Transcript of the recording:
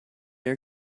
air